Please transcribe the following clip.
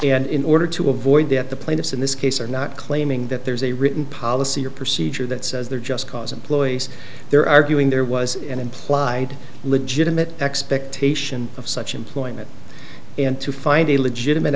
and in order to avoid that the plaintiffs in this case are not claiming that there's a written policy or procedure that says there just cause employees there arguing there was an implied legitimate expectation of such employment and to find a legitimate